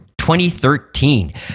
2013